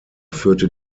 führte